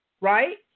right